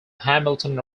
hamilton